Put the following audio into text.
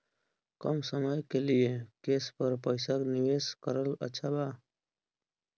कम समय के लिए केस पर पईसा निवेश करल अच्छा बा?